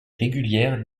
régulières